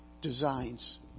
designs